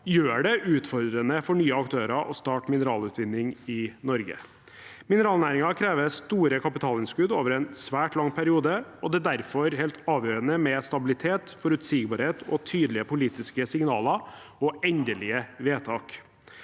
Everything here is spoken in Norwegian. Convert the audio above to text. gjør det utfordrende for nye aktører å starte mineralutvinning i Norge. Mineralnæringen krever store kapitalinnskudd over en svært lang periode, og det er derfor helt avgjørende med stabilitet, forutsigbarhet og tydelige politiske signaler og endelige vedtak.